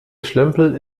schlömpel